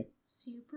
Super